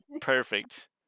perfect